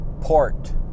port